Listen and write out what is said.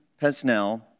Pesnell